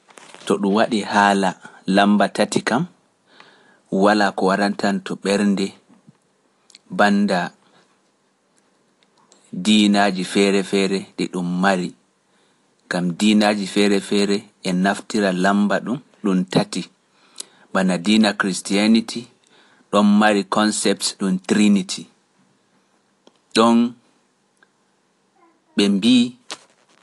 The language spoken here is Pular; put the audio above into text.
To ɗum waɗi haala lammba tati kam, walaa ko waranta am to ɓernde bannda diinaaji feere-feere ɗi ɗum mari, ngam diinaaji feere-feere e naftira lammba ɗum, ɗum tati, bana diina Christianity ɗon mari concepts ɗum trinity, ɗon ɓe mbii.